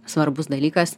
svarbus dalykas